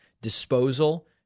disposal